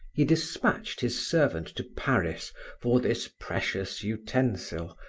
he dispatched his servant to paris for this precious utensil,